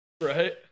Right